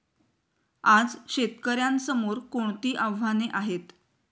आज शेतकऱ्यांसमोर कोणती आव्हाने आहेत?